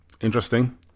Interesting